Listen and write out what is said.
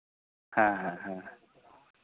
ᱦᱮᱸ ᱦᱮᱸ ᱦᱮᱸ